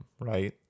right